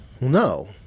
No